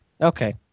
Okay